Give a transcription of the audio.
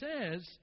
says